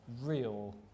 real